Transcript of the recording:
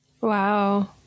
Wow